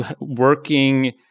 working